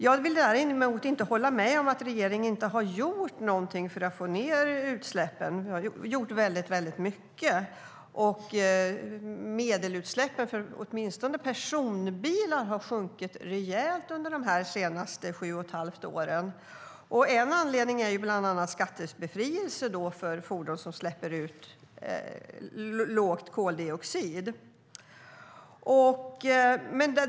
Jag vill däremot inte hålla med om att regeringen inte har gjort någonting för att få ned utsläppen. Det har gjorts väldigt mycket. Medelutsläppen för åtminstone personbilar har sjunkit rejält under de senaste sju och ett halvt åren, och en av anledningarna är skattebefrielse för fordon som släpper ut lite koldioxid.